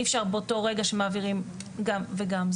אי אפשר באותו רגע שמעבירים גם וגם,